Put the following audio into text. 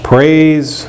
Praise